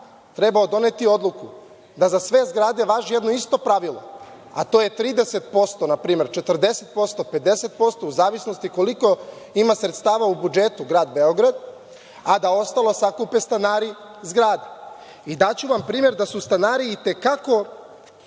trebao doneti odluku da za sve zgrade važi jedno isto pravilo, a to je 30%, 40%, 50%, u zavisnosti koliko ima sredstava u budžetu grada Beograda, a da ostalo sakupe stanari zgrade. Daću vam primer da su stanari i te kako